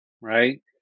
right